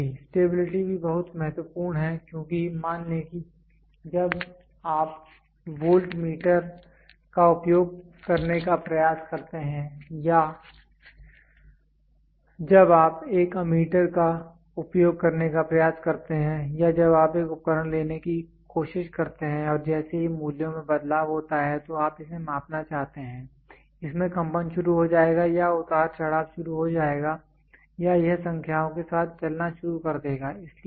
stability stability भी बहुत महत्वपूर्ण है क्योंकि मान लें कि जब आप वोल्ट मीटर का उपयोग करने का प्रयास करते हैं या जब आप एक एमीटर का उपयोग करने का प्रयास करते हैं या जब आप एक उपकरण लेने की कोशिश करते हैं और जैसे ही मूल्यों में बदलाव होता है तो आप इसे मापना चाहते हैं इसमें कंपन शुरू हो जाएगा या यह उतार चढ़ाव शुरू हो जाएगा या यह संख्याओं के साथ चलना शुरू कर देगा